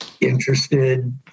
interested